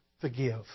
forgive